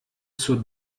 zur